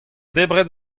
debret